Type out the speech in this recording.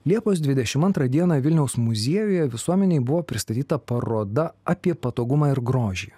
liepos dvidešim antrą dieną vilniaus muziejuje visuomenei buvo pristatyta paroda apie patogumą ir grožį